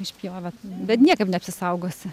išpjovę bet niekaip neapsisaugosi